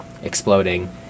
exploding